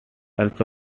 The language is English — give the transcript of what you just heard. also